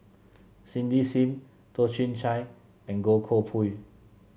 Cindy Sim Toh Chin Chye and Goh Koh Pui